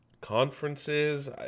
conferences